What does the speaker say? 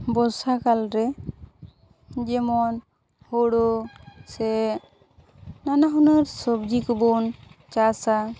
ᱵᱚᱨᱥᱟ ᱠᱟᱞ ᱨᱮ ᱡᱮᱢᱚᱱ ᱦᱩᱲᱩ ᱥᱮ ᱱᱟᱱᱟ ᱦᱩᱱᱟᱹᱨ ᱥᱩᱵᱡᱤ ᱠᱚᱵᱚᱱ ᱪᱟᱥᱟ